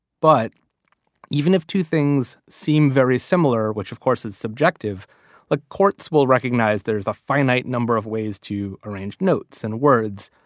but even if two things seem very similar, which of course it's subjective, the courts will recognize there's a finite number of ways to arrange notes and words.